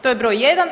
To je broj jedan.